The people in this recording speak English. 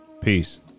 Peace